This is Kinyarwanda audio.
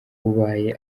ubaye